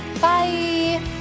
Bye